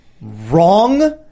wrong